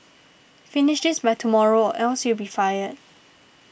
finish this by tomorrow or else you'll be fired